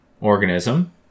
organism